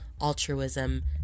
altruism